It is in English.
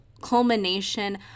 culmination